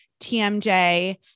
TMJ